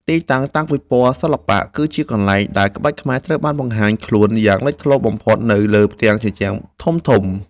ទីតាំងតាំងពិព័រណ៍សិល្បៈ គឺជាកន្លែងដែលក្បាច់ខ្មែរត្រូវបានបង្ហាញខ្លួនយ៉ាងលេចធ្លោបំផុតនៅលើផ្ទាំងជញ្ជាំងធំៗ។